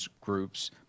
groups